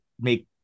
make